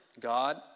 God